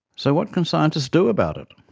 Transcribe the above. so what can scientists do about it?